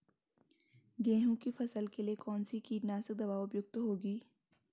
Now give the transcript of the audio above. गेहूँ की फसल के लिए कौन सी कीटनाशक दवा उपयुक्त होगी?